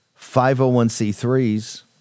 501c3s